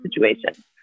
situation